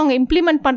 implement